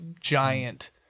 giant